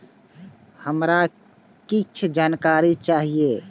हमरा कीछ जानकारी चाही